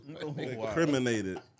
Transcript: Incriminated